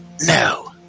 No